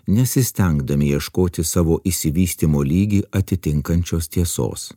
nesistengdami ieškoti savo išsivystymo lygį atitinkančios tiesos